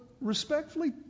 respectfully